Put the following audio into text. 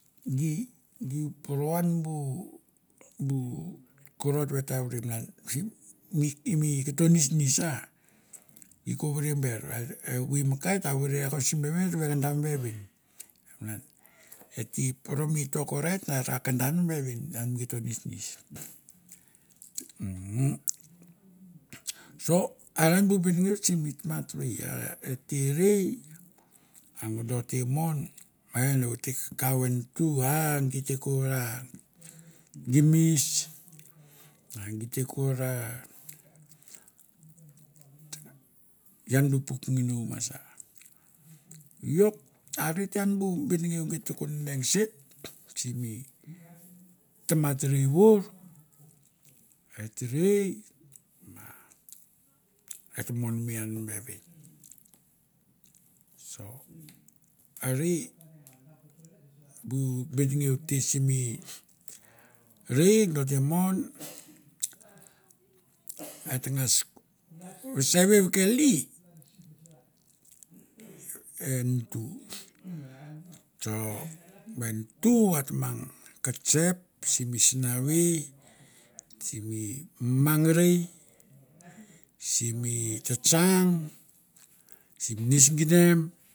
Gi gi poro an bu bu korot va eta vore malan sim mi koto nisnis ah gi ko vore ber a evoi mi ka eta vore kasi vevin va et ve kenda mi vevin. Malan eta poro mi tok orait na kanda an mi vevin ngan mi koto nisnis. 'Umm' so are bu benengeu simi tamat rei a eta rei ang do te mon a en te kau e nutu, a gi te ko ra gimis a gi te ko ra, ian bu puk nginou ma sa. Iok arete ian bu benengeu giet ko deng sen simi tamat rei vour, et rei ma et mon me ian mi vevin. So are bu benengeu te simi rei do te mon et ta ngas veseve vekeli e nutu. So va ntu t mang kesep simi sinavei simi mangrai simi tsatsang sim nes ginem.